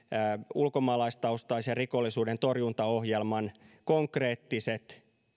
ulkomaalaistaustaisen rikollisuuden torjuntaohjelman konkreettiset